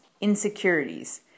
insecurities